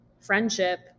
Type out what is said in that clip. friendship